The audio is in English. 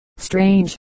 strange